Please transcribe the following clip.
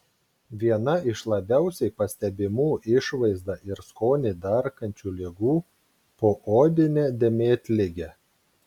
viena iš labiausiai pastebimų išvaizdą ir skonį darkančių ligų poodinė dėmėtligė